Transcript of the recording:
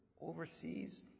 overseas